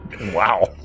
Wow